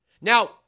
Now